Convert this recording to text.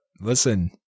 Listen